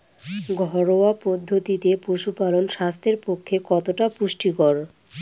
ঘরোয়া পদ্ধতিতে পশুপালন স্বাস্থ্যের পক্ষে কতটা পরিপূরক?